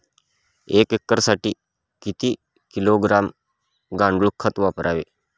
एक एकरसाठी किती किलोग्रॅम गांडूळ खत वापरावे?